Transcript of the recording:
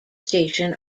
station